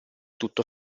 tutto